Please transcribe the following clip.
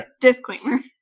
disclaimer